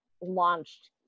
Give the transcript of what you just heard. launched